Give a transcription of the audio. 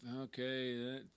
Okay